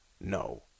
No